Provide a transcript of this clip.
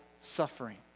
suffering